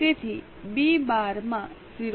તેથી બી 12 માં 0